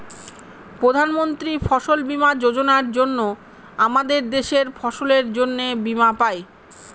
প্রধান মন্ত্রী ফসল বীমা যোজনার জন্য আমাদের দেশের ফসলের জন্যে বীমা পাই